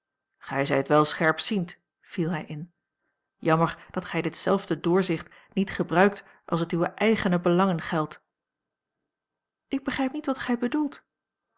gij zijt wel scherpziend viel hij in jammer dat gij ditzelfde doorzicht niet gebruikt als het uwe eigene belangen geldt ik begrijp niet wat gij bedoelt